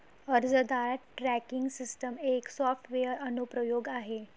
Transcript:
अर्जदार tracking system एक software अनुप्रयोग आहे